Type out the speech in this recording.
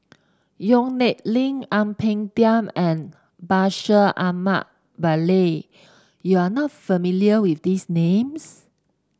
Yong Nyuk Lin Ang Peng Tiam and Bashir Ahmad Mallal you are not familiar with these names